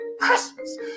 Christmas